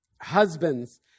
Husbands